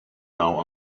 now